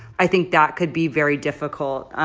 i think that could be very difficult.